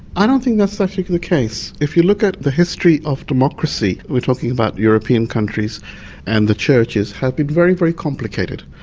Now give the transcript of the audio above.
i don't think that's actually the case. if you look at the history of democracy we're talking about european countries and the churches have been very very complicated.